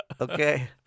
Okay